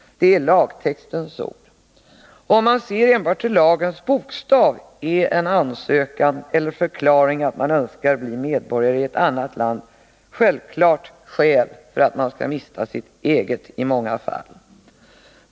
Det är lagtextens ord. Om man ser enbart till lagens bokstav är en ansökan eller förklaring att man Önskar bli medborgare i ett annat land i många fall självfallet skäl för att man skall mista sitt svenska medborgarskap.